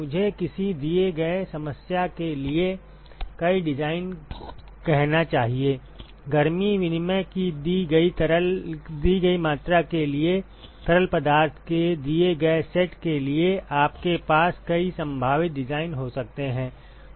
मुझे किसी दिए गए समस्या के लिए कई डिज़ाइन कहना चाहिए गर्मी विनिमय की दी गई मात्रा के लिए तरल पदार्थ के दिए गए सेट के लिए आपके पास कई संभावित डिज़ाइन हो सकते हैं